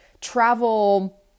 travel